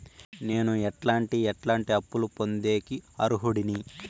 నేను ఎట్లాంటి ఎట్లాంటి అప్పులు పొందేకి అర్హుడిని?